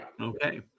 okay